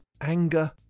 anger